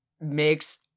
makes